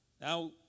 Now